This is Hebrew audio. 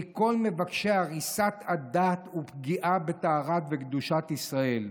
מכל מבקשי הריסת הדת ופגיעה בטוהרת וקדושת ישראל.